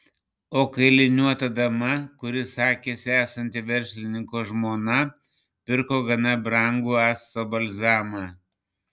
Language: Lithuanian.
o kailiniuota dama kuri sakėsi esanti verslininko žmona pirko gana brangų acto balzamą